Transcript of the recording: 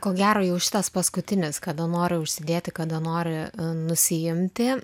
ko gero jau tas paskutinis kada nori užsidėti kada nori nusiimti